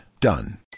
Done